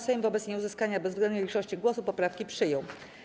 Sejm wobec nieuzyskania bezwzględnej większości głosów poprawki przyjął.